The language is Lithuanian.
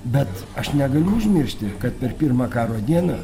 bet aš negaliu užmiršti kad per pirmą karo dieną